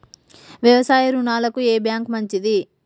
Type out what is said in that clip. వ్యవసాయ రుణాలకు ఏ బ్యాంక్ మంచిది?